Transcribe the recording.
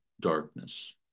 darkness